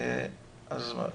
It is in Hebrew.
בבקשה.